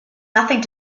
nothing